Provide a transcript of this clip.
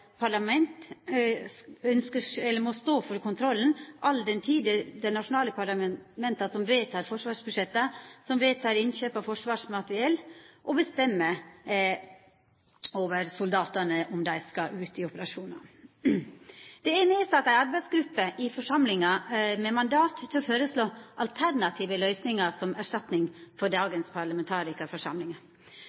må stå for kontrollen all den tid det er dei nasjonale parlamenta som vedtek forsvarsbudsjetta, vedtek innkjøp av forsvarsmateriell, og bestemmer om soldatane skal ut i operasjonar. Det er nedsett ei arbeidsgruppe i forsamlinga med mandat til å føreslå alternative løysingar som erstatning for dagens